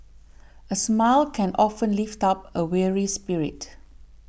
a smile can often lift up a weary spirit